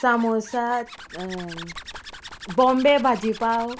सामोसा बॉम्बे भाजी पाव